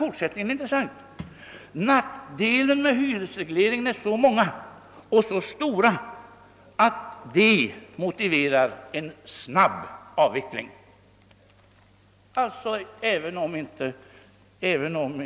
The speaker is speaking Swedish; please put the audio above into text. Fortsättningen är intressant: »Nackdelarna med hyresregleringen är så många och så stora att de motiverar en snabb avveckling.» Även om herr Hedlund